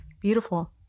beautiful